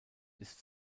ist